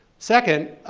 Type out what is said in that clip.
second,